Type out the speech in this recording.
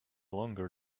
longer